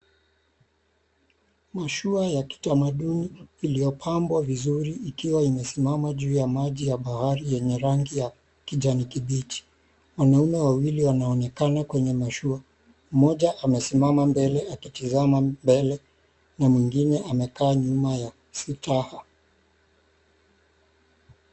Mashua ya kitamaduni iliyopambwa vizuri ikiwa imesimama juu ya maji ya bahari yenye rangi ya kijani kibichi. Wanaume wawili wanaonekana kwenye mashua, mmoja amesimama mbele akitizama mbele na mwingine amekaa nyuma ya sitaha.